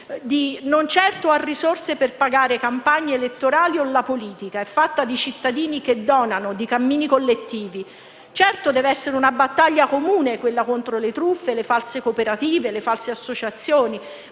non ha risorse per pagare campagne elettorali o la politica; è fatto di cittadini che donano, di cammini collettivi. Certo, deve essere una battaglia comune quella contro le truffe, le false cooperative, le false associazioni,